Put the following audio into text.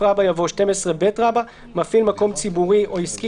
(12א) יבוא: "(12ב) מפעיל מקום ציבורי או עסקי